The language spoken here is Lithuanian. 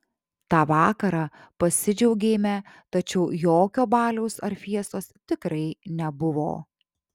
tą vakarą pasidžiaugėme tačiau jokio baliaus ar fiestos tikrai nebuvo